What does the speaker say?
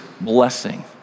blessing